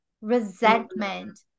resentment